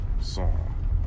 song